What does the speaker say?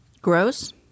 Gross